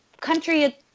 country